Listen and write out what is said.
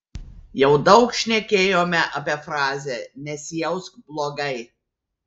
jau daug šnekėjome apie frazę nesijausk blogai